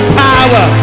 power